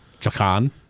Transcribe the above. Chakan